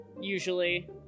usually